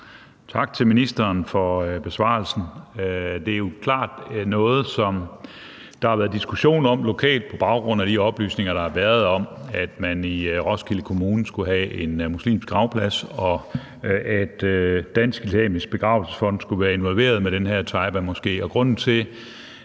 Tak til ministeren for besvarelsen. Det er jo klart noget, som der har været diskussion om lokalt på baggrund af de oplysninger, der har været, om, at man i Roskilde Kommune skulle have en muslimsk gravplads, og at Dansk Islamisk Begravelsesfond skulle være involveret med den her Taibamoské.